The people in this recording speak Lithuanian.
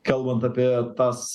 kalbant apie tas